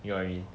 know what I mean